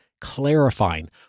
clarifying